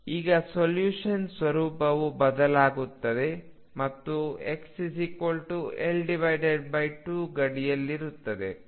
ಈಗ ಸಲ್ಯೂಷನ್ ಸ್ವರೂಪವು ಬದಲಾಗುತ್ತದೆ ಮತ್ತು xL2 ಗಡಿಯಲ್ಲಿರುತ್ತದೆ